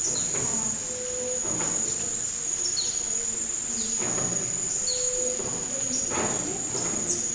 খুব সময় খুব হালকা শীতে হালকা গরমে মুরগি খুব ভালো থাকে সেই সময়টা মুরগি পুষলে খুব সুন্দর